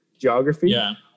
geography